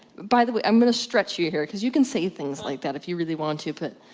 by the way, i'm gonna stretch you here, because you can say things like that if you really want to, but,